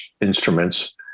instruments